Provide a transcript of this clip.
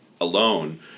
alone